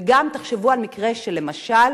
תחשבו למשל